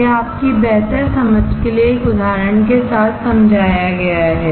यह आपकी बेहतर समझ के लिए एक उदाहरण के साथ समझाया गया है